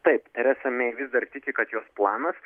taip teresa mei vis dar tiki kad jos planas